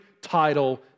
title